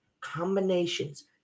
combinations